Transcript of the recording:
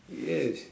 yes